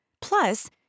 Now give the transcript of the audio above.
Plus